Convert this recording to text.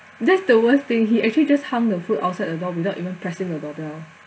that's the worst thing he actually just hung the food outside the door without even pressing the doorbell